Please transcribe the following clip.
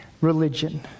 religion